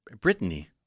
Brittany